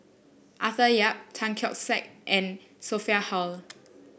Arthur Yap Tan Keong Saik and Sophia Hull